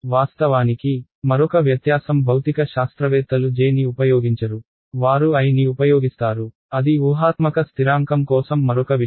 వాస్తవానికి మరొక వ్యత్యాసం భౌతిక శాస్త్రవేత్తలు j ని ఉపయోగించరు వారు i ని ఉపయోగిస్తారు అది ఊహాత్మక స్థిరాంకం కోసం మరొక విషయం